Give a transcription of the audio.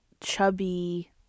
chubby